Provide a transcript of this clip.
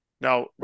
Now